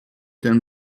denn